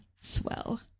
swell